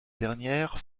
dernière